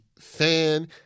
fan